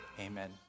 amen